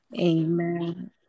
amen